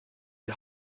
die